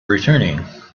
returning